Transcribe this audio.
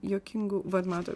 juokingų va matot